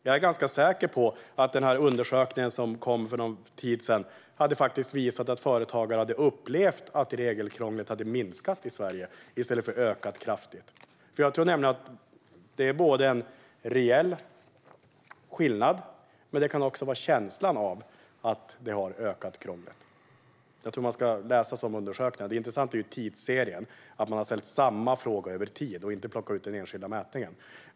Jag är ganska säker på att den undersökning som kom för en tid sedan då hade visat att företagare upplevde att regelkrånglet hade minskat i Sverige i stället för att öka kraftigt. Jag tror nämligen att det är en reell skillnad, men det kan också vara känslan av att krånglet har ökat. Det intressanta när man läser undersökningarna är tidsserien, att man har ställt samma fråga över tid och inte plockat ut den i enskilda mätningar.